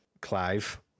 Clive